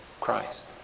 Christ